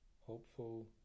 hopeful